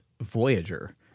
Voyager